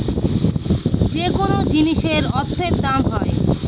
যেকোনো জিনিসের অর্থের দাম হয়